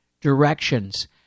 directions